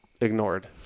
ignored